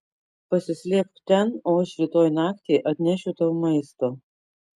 pasislėpk ten o aš rytoj naktį atnešiu tau maisto